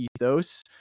ethos